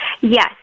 Yes